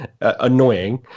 annoying